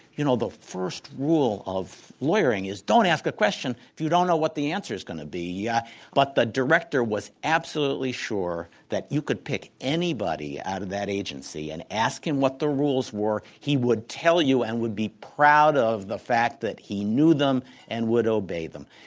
you know, the first rule of lawyering is don't ask a question if you don't know what the answer's going to be. yeah but the director was absolutely sure that you could pick anybody out of that agency and ask him what the rules were. he would tell you and would be proud of the fact that he knew them and would obey them.